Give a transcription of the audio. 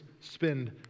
spend